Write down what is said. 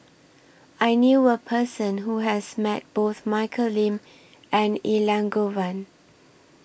I knew A Person Who has Met Both Michelle Lim and Elangovan